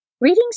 Readings